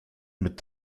mit